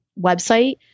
website